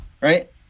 right